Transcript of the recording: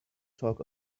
talk